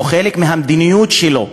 או חלק המדיניות שלהם.